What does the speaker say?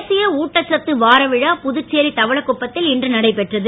தேசிய ஊட்டச்சத்து வார விழா புதுச்சேரி தவனகுப்பத்தில் இன்று நடைபெற்றது